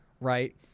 right